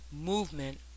movement